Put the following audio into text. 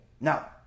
now